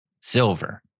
Silver